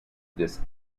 this